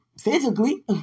physically